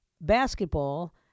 basketball